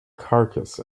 carcass